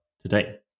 today